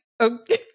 okay